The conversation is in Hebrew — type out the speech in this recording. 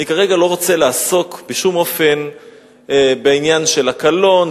אני כרגע לא רוצה לעסוק בשום אופן בעניין של הקלון,